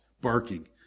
barking